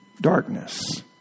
darkness